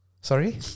Sorry